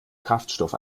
kraftstoff